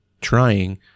trying